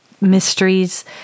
mysteries